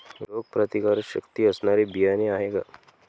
रोगप्रतिकारशक्ती असणारी बियाणे आहे का?